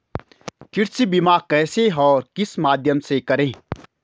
कृषि बीमा कैसे और किस माध्यम से करें?